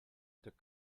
the